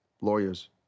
lawyers